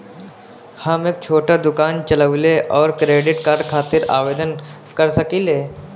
हम एक छोटा दुकान चलवइले और क्रेडिट कार्ड खातिर आवेदन कर सकिले?